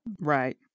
Right